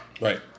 Right